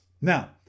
Now